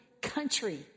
country